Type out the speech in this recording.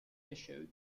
issued